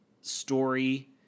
story